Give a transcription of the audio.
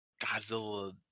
godzilla